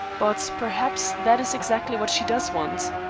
but perhaps that is exactly what she does want.